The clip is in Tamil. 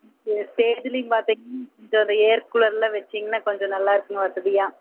இப்போ ஸ்டேஜ்லையும் பார்த்தீங்கன்னா வந்துவிட்டு ஏர் கூலர்லாம் வச்சிங்கனா கொஞ்சம் நல்லா இருக்குங்க வசதியாக